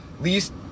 least